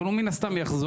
אבל הוא מן הסתם יחזור.